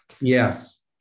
Yes